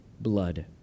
blood